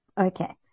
Okay